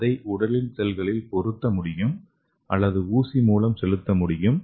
இதை உடல் செல்களில் பொருத்த முடியும் அல்லது ஊசி மூலம் செலுத்த முடியும்